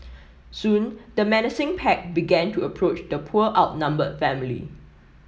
soon the menacing pack began to approach the poor outnumbered family